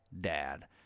dad